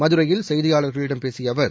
மதுரையில் செய்தியாளர்களிடம் பேசிய அவர்